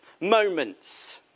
moments